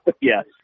yes